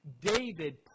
David